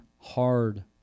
hard